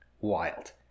Wild